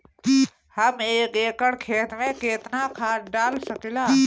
हम एक एकड़ खेत में केतना खाद डाल सकिला?